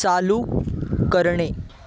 चालू करणे